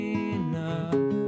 enough